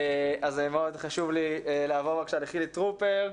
אז מאוד חשוב לי לעבור בבקשה לחילי טרופר.